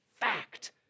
fact